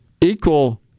equal